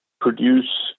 produce